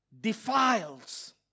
defiles